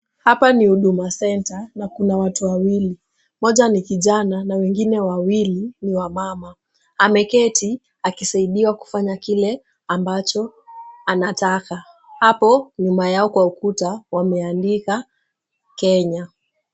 Hapa ni Huduma Center na kuna watu wawili. Mmoja ni kijana na wengine wawili ni wamama. Ameketi akisaidiwa kufanya kile ambacho anataka. Hapo nyuma yao kwa ukuta wameandika Kenya.